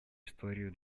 историю